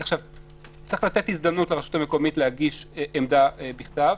צריך לתת הזדמנות לרשות המקומית להגיש עמדה בכתב,